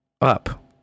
Up